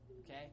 okay